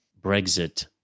Brexit